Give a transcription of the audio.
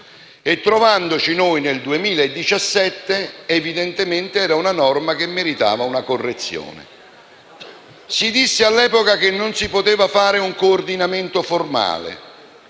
Trovandoci nel 2017, evidentemente la norma meritava una correzione. Si disse all'epoca che non si poteva fare un coordinamento formale